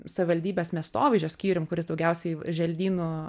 savivaldybės miestovaizdžio skyrium kuris daugiausiai želdyno